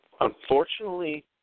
Unfortunately